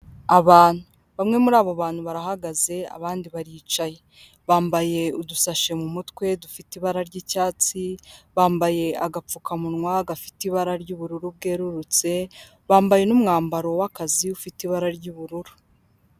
Abantu, bamwe muri abo bantu barahagaze abandi baricaye, bambaye udusashe mu mutwe dufite ibara ry'icyatsi, bambaye agapfukamunwa gafite ibara ry'ubururu bwerurutse, bambaye n'umwambaro w'akazi ufite ibara ry'ubururu.